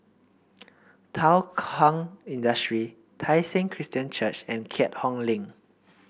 Thow Kwang Industry Tai Seng Christian Church and Keat Hong Link